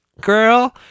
Girl